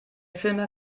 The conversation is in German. filme